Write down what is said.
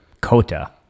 Cota